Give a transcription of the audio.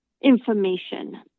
information